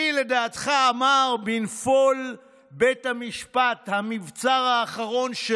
מי לדעת, אמר: בנפול בית המשפט, המבצר האחרון של